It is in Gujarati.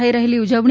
થઇ રહેલી ઉજવણી